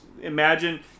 imagine